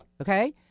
okay